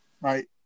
right